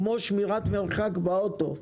כמו שמירת מרחק באוטו,